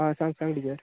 आ सांग सांग टिचर